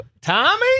Tommy